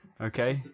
Okay